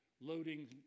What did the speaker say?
loading